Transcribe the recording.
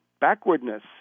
backwardness